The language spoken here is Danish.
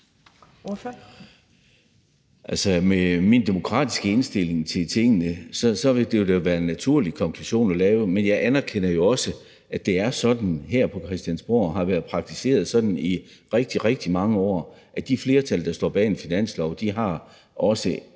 Med min demokratiske indstilling til tingene vil det jo være en naturlig konklusion at lave, men jeg anerkender også, at det er sådan her på Christiansborg og har været praktiseret sådan i rigtig, rigtig mange år, at de flertal, der står bag en finanslov, også